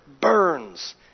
burns